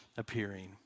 appearing